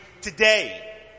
today